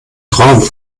traum